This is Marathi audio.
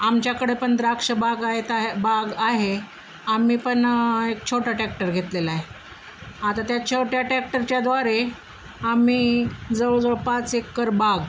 आमच्याकडंपण द्राक्ष बागायत बाग आहे आम्हीपण एक छोटा टॅक्टर घेतलेला आहे आता त्या छोट्या टॅक्टरच्याद्वारे आम्ही जवळ जवळ पाच एकर बाग